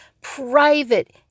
private